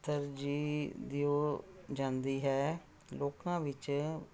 ਤਰਜੀਹ ਦਿਓ ਜਾਂਦੀ ਹੈ ਲੋਕਾਂ ਵਿੱਚ